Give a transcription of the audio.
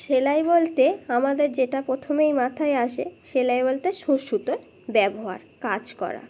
সেলাই বলতে আমাদের যেটা প্রথমেই মাথায় আসে সেলাই বলতে সূচ সুতোর ব্যবহার কাজ করা